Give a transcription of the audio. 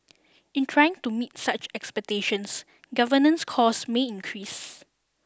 in trying to meet such expectations governance costs may increase